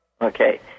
Okay